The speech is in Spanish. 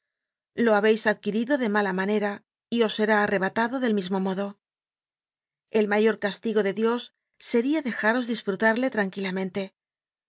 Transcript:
lo habéis adquirido de mala ma nera y os será arrebatado del mismo modo el mayor castigo de dios sería dejaros disfrutarle tranquilamente